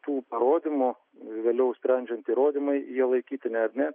tų parodymų vėliau sprendžiant įrodymai jie laikytini ar ne